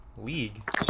League